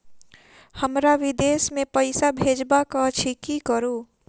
हमरा विदेश मे पैसा भेजबाक अछि की करू?